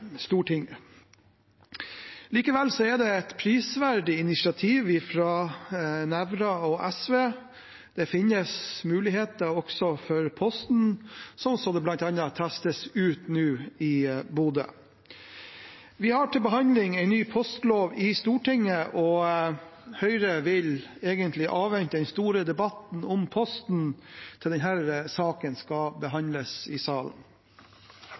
Stortinget. Likevel er det et prisverdig initiativ fra Nævra og SV. Det finnes muligheter også for Posten, slik det bl.a. testes ut nå i Bodø. Vi får til behandling en ny postlov i Stortinget, og Høyre vil egentlig avvente den store debatten om Posten til den saken skal behandles i salen.